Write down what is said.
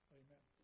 amen